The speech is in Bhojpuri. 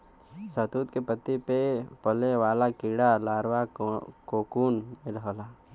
शहतूत के पत्ती पे पले वाला कीड़ा लार्वा कोकून में रहला